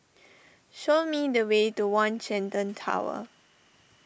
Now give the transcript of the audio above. show me the way to one Shenton Tower